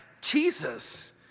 Jesus